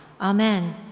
Amen